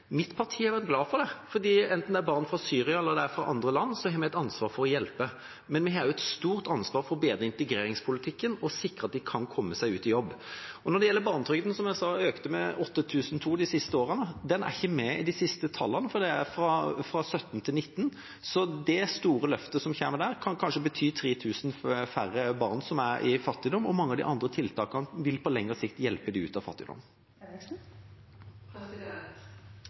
Mitt parti er glad for det, for enten det er barn fra Syria eller de er fra andre land, har vi et ansvar for å hjelpe. Men vi har også et stort ansvar for å bedre integreringspolitikken og sikre at de kan komme seg ut i jobb. Når det gjelder barnetrygden, har den, som jeg sa, økt med 8 200 de siste årene. Den er ikke med i de siste tallene, for de er fra 2017–2019. Så det store løftet som kommer der, kan kanskje bety 3 000 færre barn i fattigdom. Mange av de andre tiltakene vil på lengre sikt hjelpe dem ut av